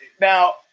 now